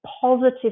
positive